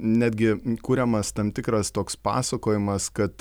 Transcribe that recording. netgi kuriamas tam tikras toks pasakojimas kad